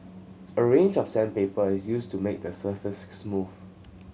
a range of sandpaper is used to make the surface smooth